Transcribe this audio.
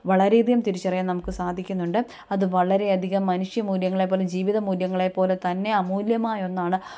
വളരെയധികം തിരിച്ചറിയാൻ നമുക്ക് സാധിക്കുന്നുണ്ട് അത് വളരെയധികം മനുഷ്യ മൂല്യങ്ങളെ പോലെ ജീവിത മൂല്യങ്ങളെ പോലെ തന്നെ അമൂല്യമായ ഒന്നാണ്